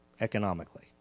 economically